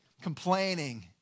Complaining